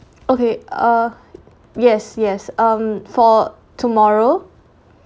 okay uh yes yes um for tomorrow